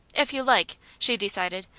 if you like, she decided,